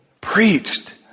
Preached